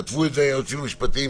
כתבו את זה היועצים המשפטיים,